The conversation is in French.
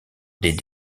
des